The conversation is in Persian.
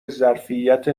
ظرفیت